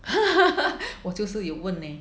我就是有问 leh